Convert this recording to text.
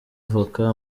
avoka